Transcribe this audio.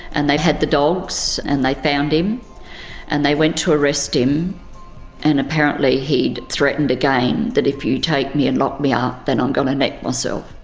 they had the dogs and they found him and they went to arrest him and apparently he'd threatened again that if you take me and lock me ah up then i'm going to neck ah so